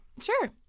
Sure